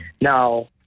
Now